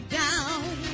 down